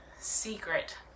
secret